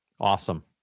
Awesome